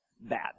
bad